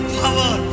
power